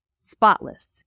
spotless